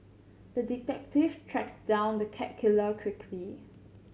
the detective tracked down the cat killer quickly